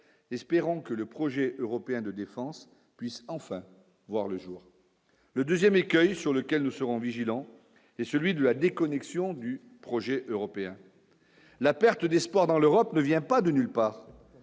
espérons que le projet européen de défense puisse enfin voir le jour le 2ème écueil sur lequel nous serons vigilants et celui de la déconnexion du projet européen, la perte d'espoir dans l'Europe ne vient pas de nulle part